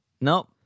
Nope